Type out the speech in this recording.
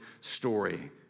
story